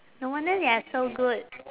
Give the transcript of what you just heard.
no wonder they are so good